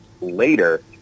later